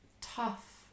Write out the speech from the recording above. tough